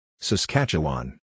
Saskatchewan